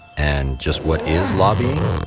and just what is lobbying?